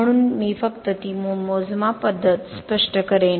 म्हणून मी फक्त ती मोजमाप पद्धत स्पष्ट करेन